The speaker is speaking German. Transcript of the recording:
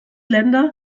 länder